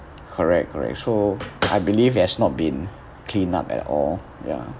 correct correct so I believe it has not been clean up at all ya